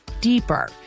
deeper